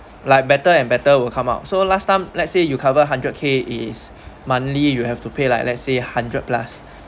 like better and better will come out so last time let's say you cover hundred K it is monthly you have to pay like let's say hundred plus